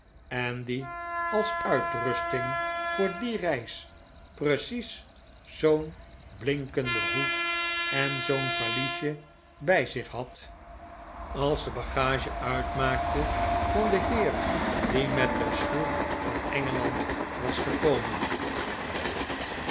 en die als uitrusting voor die reis precies zoo'n blinkenden hoed en zoo'n valiesje bij zich bad maarten chuzzlewit als de bagage uitmaakte van den heer die met de schroef van engeland was gekomen